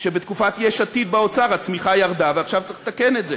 שבתקופת יש עתיד באוצר הצמיחה ירדה ועכשיו צריך לתקן את זה.